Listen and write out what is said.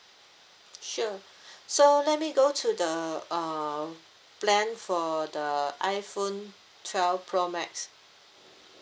sure so let me go to the uh plan for the iphone twelve pro max